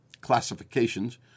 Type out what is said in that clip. classifications